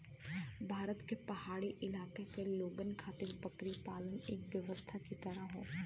भारत के पहाड़ी इलाका के लोगन खातिर बकरी पालन एक व्यवसाय के तरह हौ